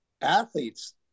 athletes